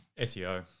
SEO